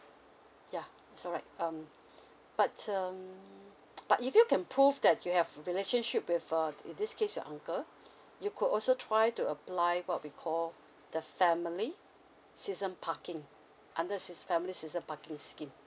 yeah so right um but um but if you can prove that you have relationship with uh in this case your uncle you could also try to apply what we call the family season parking under seas~ family season parking scheme